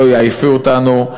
לא יעייפו אותנו,